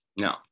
No